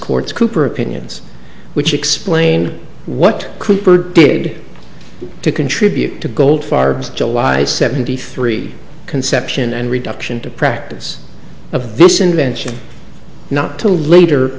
court's cooper opinions which explain what cooper did to contribute to goldfarb's july's seventy three conception and reduction to practice of this invention not to later